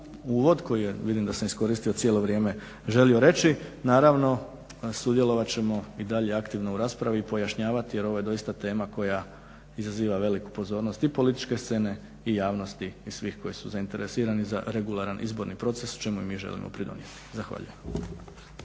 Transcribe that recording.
uvod koji vidim da sam iskoristio cijelo vrijeme, želio reći. Naravno, sudjelovat ćemo i dalje aktivno u raspravi i pojašnjavati jer ovo je doista tema koja izaziva veliku pozornost i političke scene i javnosti i svih koji su zainteresirani za regularan izborni proces čemu i mi želimo pridonijeti. Zahvaljujem.